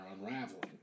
unraveling